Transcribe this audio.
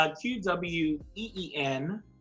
Q-W-E-E-N